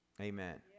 Amen